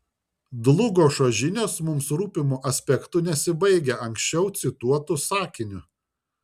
dlugošo žinios mums rūpimu aspektu nesibaigia aukščiau cituotu sakiniu